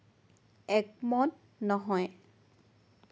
একমত নহয়